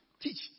teach